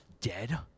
dead